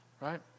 right